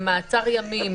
לגבי במעצר ימים,